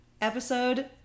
Episode